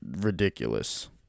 ridiculous